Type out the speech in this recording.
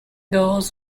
goals